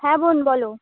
হ্যাঁ বোন বলো